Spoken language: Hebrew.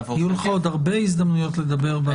יהיו לך הרבה הזדמנויות לדבר בחודש הזה.